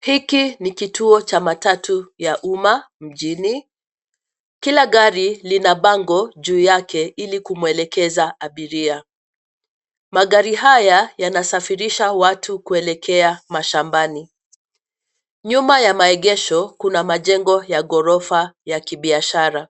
Hiki ni kituo cha matatu ya uma mjini. Kila gari lina bango juu yake ili kumwelekeza abiria. Magari haya yanasafirisha watu kuelekea mashambani. Nyuma ya maegesho kuna majengo ya ghorofa ya kibiashara.